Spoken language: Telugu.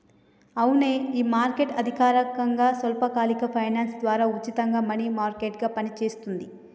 అవునే ఈ మార్కెట్ అధికారకంగా స్వల్పకాలిక ఫైనాన్స్ ద్వారా ఉచితంగా మనీ మార్కెట్ గా పనిచేస్తుంది